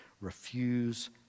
Refuse